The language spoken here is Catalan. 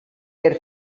per